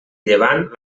llevant